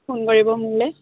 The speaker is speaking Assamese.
ফোন কৰিব মোলৈ